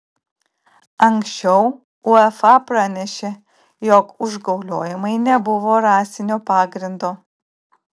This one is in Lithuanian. anksčiau uefa pranešė jog užgauliojimai nebuvo rasinio pagrindo